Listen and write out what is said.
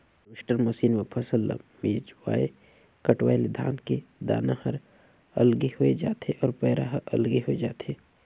harvester machine म फसल ल मिंजवाय कटवाय ले धान के दाना हर अलगे होय जाथे अउ पैरा हर अलगे होय जाथे